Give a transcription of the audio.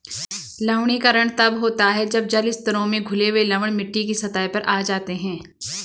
लवणीकरण तब होता है जब जल स्तरों में घुले हुए लवण मिट्टी की सतह पर आ जाते है